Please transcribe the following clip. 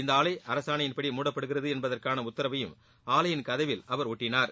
இந்த ஆலை அரசாணையின்படி மூடப்படுகிறது என்பதற்கான உத்தரவையும் ஆலையின் கதவில் அவா ஒட்டினார்